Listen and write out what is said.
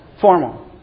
Formal